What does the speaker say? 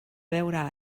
beure